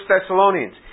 Thessalonians